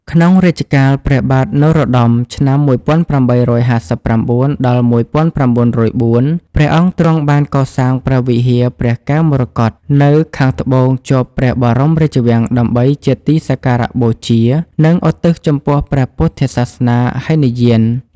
ក្នុងរជ្ជកាល ព្រះបាទនរោត្តម (ឆ្នាំ ១៨៥៩-១៩០៤) ព្រះអង្គទ្រង់បានកសាងព្រះវិហារព្រះកែវមរកត នៅខាងត្បូងជាប់ព្រះបរមរាជវាំងដើម្បីជាទីសក្ការៈបូជា និងឧទ្ទិសចំពោះព្រះពុទ្ធសាសនាហីនយាន។